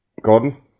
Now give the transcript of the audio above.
Gordon